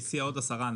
הסיע עוד עשרה אנשים.